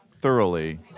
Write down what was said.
thoroughly